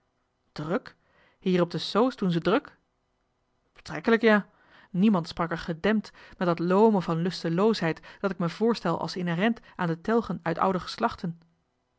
druk hier op de soos doen ze druk betrekkelijk ja niemand sprak er gedempt met dat loome van lusteloosheid dat ik me voorstel als inherent aan de telgen uit oude